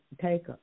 take